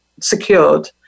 secured